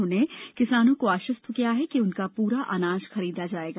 उन्होंने किसानों को आश्वस्त किया कि उनका पूरा अनाज खरीदा जाएगा